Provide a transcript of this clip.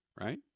right